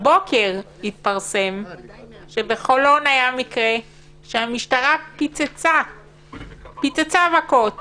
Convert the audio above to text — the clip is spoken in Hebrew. הבוקר התפרסם שבחולון היה מקרה שהמשטרה פוצצה במכות